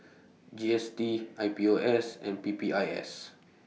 G S T I P O S and P P I S